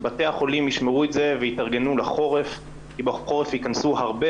שבתי החולים ישמרו את זה ויתארגנו לחורף כי בחורף יכנסו הרבה